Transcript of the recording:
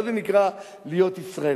מה זה נקרא להיות ישראלי?